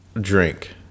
drink